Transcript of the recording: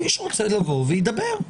מי שרוצה לבוא, ידבר.